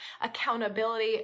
accountability